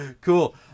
cool